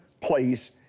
place